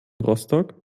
rostock